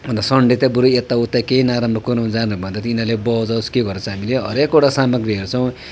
अन्त सनडे त बरू यताउता केही नराम्रो कुरोमा जानुभन्दा त यिनीहरूले बजाओस् त्यही भएर चाहिँ हामीले हरेकवटा सामग्री हेर्छौँ